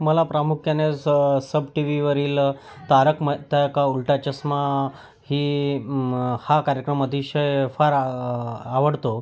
मला प्रामुख्याने स सब टी व्हीवरील तारक मयता का उल्टा चस्मा ही हा कार्यक्रम अतिशय फार आ आवडतो